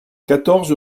quatorze